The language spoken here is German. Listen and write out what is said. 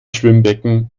schwimmbecken